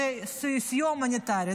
זה סיוע הומניטרי.